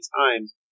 times